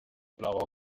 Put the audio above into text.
blauer